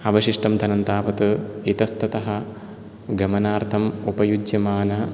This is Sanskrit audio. अवशिष्टं धनं तावत् इतस्ततः गमनार्थम् उपयुज्यमान